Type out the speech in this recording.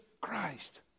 Christ